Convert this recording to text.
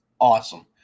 awesome